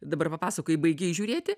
dabar va papasakojai baigei žiūrėti